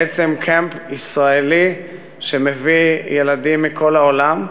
בעצם זה camp ישראלי שמביא ילדים מכל העולם,